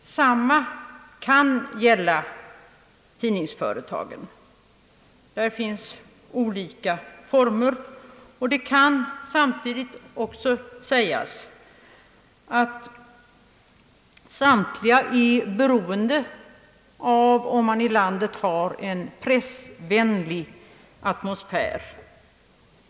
Detsamma kan gälla tidningsföretagen — det finns olika former. Det kan också sägas att samtliga tidningsföretag är beroende av om man i landet har en pressvänlig atmosfär.